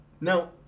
Now